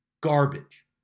Garbage